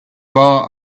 bar